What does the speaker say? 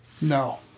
no